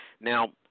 now